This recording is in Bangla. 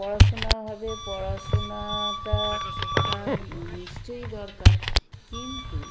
পড়াশোনা হবে পড়াশনাটা নিশ্চয়ই দরকার কিন্তু